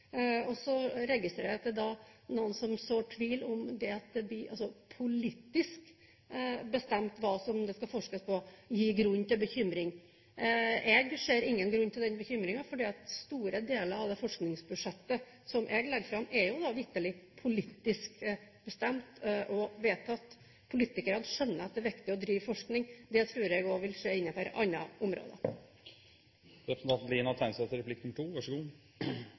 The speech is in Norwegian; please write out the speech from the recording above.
noen som sår tvil om det at det blir politisk bestemt hva det skal forskes på, at det gir grunn til bekymring. Jeg ser ingen grunn til den bekymringen, fordi store deler av det forskningsbudsjettet som jeg legger fram, vitterlig er politisk bestemt og vedtatt. Politikerne skjønner at det er viktig å drive forskning. Det tror jeg også vil skje innenfor andre områder.